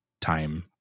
time